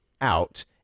out